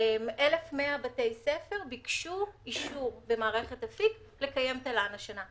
1,100 בתי ספר בקשו אישור במערכת אפיק לקיים תל"ן השנה,